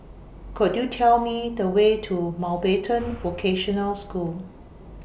Could YOU Tell Me The Way to Mountbatten Vocational School